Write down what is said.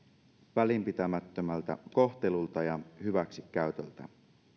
välinpitämättömältä kohtelulta ja hyväksikäytöltä